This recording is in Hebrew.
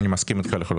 מסכים איתך.